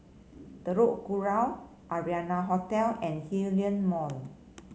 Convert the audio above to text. Telok Kurau Arianna Hotel and Hillion Mall